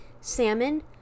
salmon